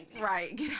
Right